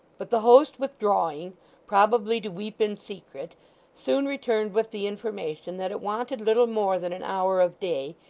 but the host withdrawing probably to weep in secret soon returned with the information that it wanted little more than an hour of day,